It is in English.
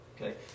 Okay